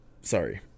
sorry